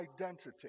identity